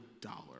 dollar